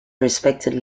respected